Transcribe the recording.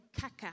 kaka